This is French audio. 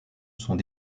sont